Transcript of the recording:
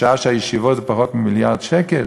בשעה שהישיבות בפחות ממיליארד שקל.